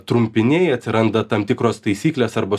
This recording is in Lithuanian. trumpiniai atsiranda tam tikros taisyklės arba